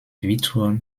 virtual